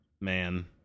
man